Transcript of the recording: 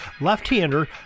left-hander